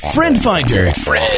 FriendFinder